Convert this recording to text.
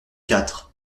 quatre